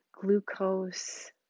glucose